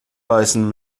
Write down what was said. beißen